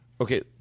Okay